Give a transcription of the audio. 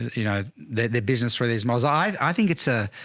you know, their, their business where there's mas. i think it's a,